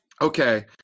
Okay